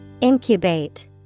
Incubate